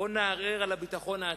בוא נערער על הביטחון העצמי.